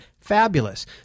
Fabulous